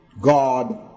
God